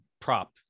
prop